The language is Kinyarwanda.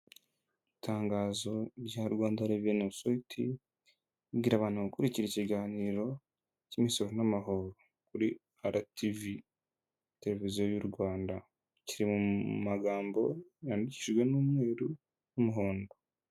Itangazo rya Rwanda Reveni Otoriti ibwira abantu gukurikira ikiganiro cy'imisoro n'amahoro kuri Arativi televiziyo y'u Rwanda kiri mu magambo yandikijwe n'umweruru n'umuhondo.